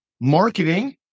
marketing